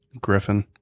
griffin